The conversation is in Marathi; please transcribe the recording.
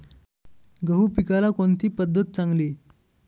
गहू पिकाला कोणती शेती पद्धत चांगली?